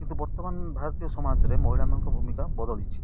କିନ୍ତୁ ବର୍ତ୍ତମାନ ଭାରତୀୟ ସମାଜରେ ମହିଳାମାନଙ୍କ ଭୂମିକା ବଦଳିଛି